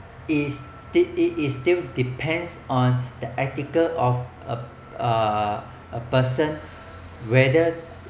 is sti~ it is still depends on how ethical of a a person whether